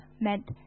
meant